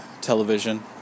television